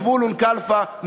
זבולון קלפה,